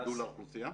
גידול האוכלוסייה?